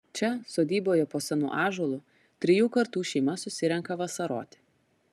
čia sodyboje po senu ąžuolu trijų kartų šeima susirenka vasaroti